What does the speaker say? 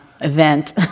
event